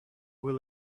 will